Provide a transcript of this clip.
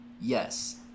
yes